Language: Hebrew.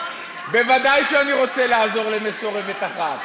ודאי שאני רוצה לעזור למסורבת אחת.